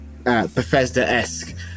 Bethesda-esque